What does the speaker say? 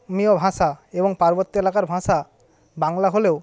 ভাষা এবং পার্বত্য এলাকার ভাষা বাংলা হলেও